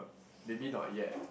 maybe not yet